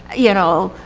you know,